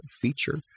feature